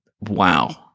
wow